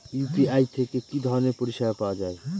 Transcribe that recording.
UPI থেকে কি ধরণের পরিষেবা পাওয়া য়ায়?